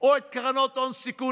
או את קרנות הון הסיכון.